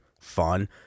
fun